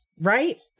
Right